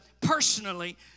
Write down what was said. personally